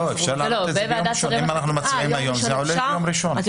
לא, אם אנחנו מצביעים היום, זה עולה ביום ראשון.